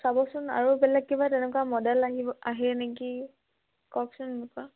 চাবচোন আৰু বেলেগ কিবা তেনেকুৱা মডেল আহিব আহে নেকি কওকচোন এনেকুৱা